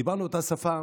דיברנו אותה שפה,